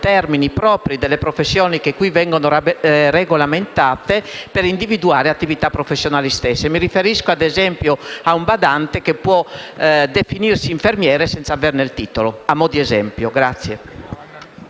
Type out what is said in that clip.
termini propri delle professioni che qui vengono regolamentate, per individuare attività professionali diverse. Mi riferisco, per esempio, a un badante che può definirsi infermiere senza averne il titolo.